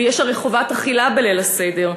ויש הרי חובת אכילה בליל הסדר.